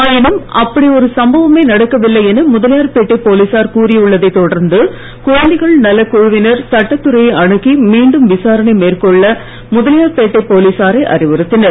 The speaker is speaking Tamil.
ஆயினும் அப்படி ஒரு சம்பவமே நடக்கவில்லை என முதலியார் பேட்டை போலீசார் கூறியுள்ளதை தொடர்ந்த குழந்தைகள் நலக் குழுவினர் சட்டத்துறையை அனுகி மீண்டும் மேற்கொள்ள விசாரணை போலீசாரை அறிவுறுத்தினர்